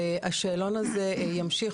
והשאלון הזה ימשיך